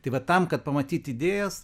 tai vat tam kad pamatyt idėjas